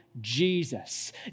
Jesus